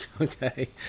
okay